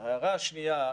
ההערה השנייה,